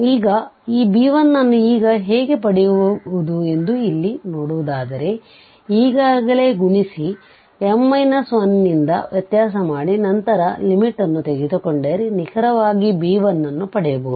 ಈ b1 ಅನ್ನು ಈಗ ಹೇಗೆ ಪಡೆಯುವುದು ಎಂದು ಇಲ್ಲಿ ನೋಡುವುದಾದರೆ ಈಗಾಗಲೇ ಗುಣಿಸಿ m 1 ನಿಂದ ವ್ಯತ್ಯಾಸ ಮಾಡಿ ನಂತರ ಲಿಮಿಟ್ ನ್ನು ತೆಗೆದುಕೊಂಡರೆ ನಿಖರವಾಗಿb1ಅನ್ನು ಪಡೆಯಬಹುದು